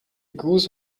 goose